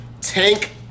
Tank